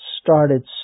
started